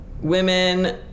women